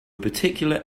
particular